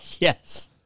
Yes